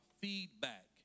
feedback